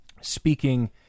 speaking